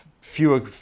fewer